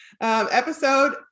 Episode